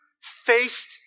faced